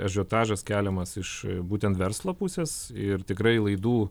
ažiotažas keliamas iš būtent verslo pusės ir tikrai laidų